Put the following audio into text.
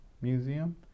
Museum